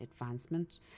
advancement